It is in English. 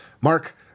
Mark